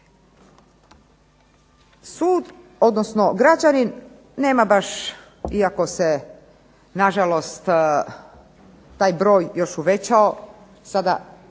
Sud, odnosno građanin nema baš, iako se na žalost taj broj još uvećao,